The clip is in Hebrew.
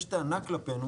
יש טענה כלפינו